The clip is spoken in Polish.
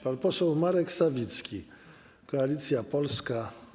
Pan poseł Marek Sawicki, Koalicja Polska.